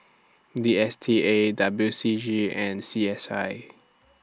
D S T A W C G and C S I